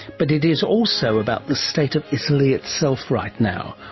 but it is also about the state of italy itself right now,